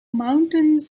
mountains